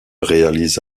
réalise